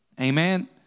Amen